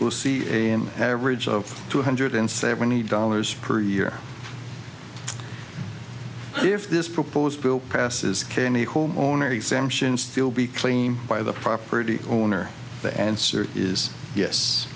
we'll see a an average of two hundred seventy dollars per year if this proposed bill passes kenny homeowner exemption still be claimed by the property owner the answer is yes